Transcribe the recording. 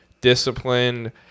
disciplined